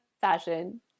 fashion